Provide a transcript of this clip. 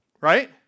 Right